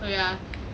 so ya